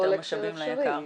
בכל הקשר אפשרי.